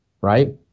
right